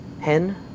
Hen